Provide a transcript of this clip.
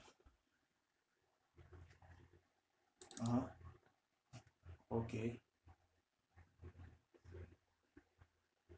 (uh huh) okay